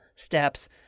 steps